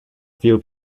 few